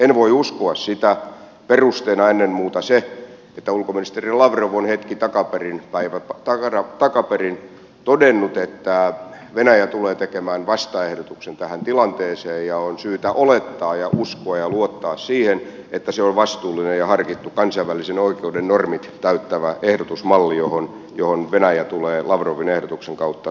en voi uskoa sitä perusteena ennen muuta se että ulkoministeri lavrov on hetki takaperin päivä takaperin todennut että venäjä tulee tekemään vastaehdotuksen tähän tilanteeseen ja on syytä olettaa ja uskoa ja luottaa siihen että se on vastuullinen ja harkittu kansainvälisen oikeuden normit täyttävä ehdotusmalli johon venäjä tulee lavrovin ehdotuksen kautta tukeutumaan